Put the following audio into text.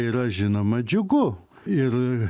yra žinoma džiugu ir